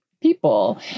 people